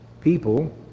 people